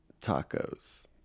tacos